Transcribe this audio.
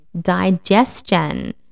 digestion